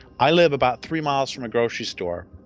i live about three miles from a grocery store.